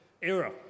era